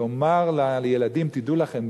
לומר לילדים: תדעו לכם,